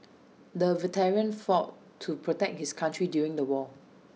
the veteran fought to protect his country during the war